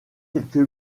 quelques